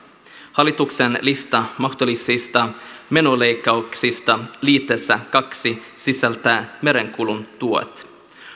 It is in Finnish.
hallituksen lista mahdollisista menoleikkauksista liitteessä kaksi sisältää merenkulun tuet